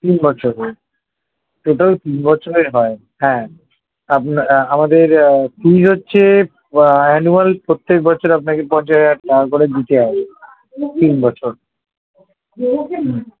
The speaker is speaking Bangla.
তিন বছরের টোটাল তিন বছরের হয় হ্যাঁ আপনি আমাদের ফিস হচ্ছে অ্যানোয়াল প্রত্যেক বছর আপনাকে পঞ্চাশ হাজার টাকা করে দিতে হবে তিন বছর হুম